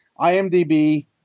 IMDb